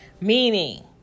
meaning